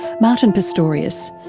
martin pistorius.